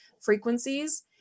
frequencies